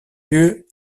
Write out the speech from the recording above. lieu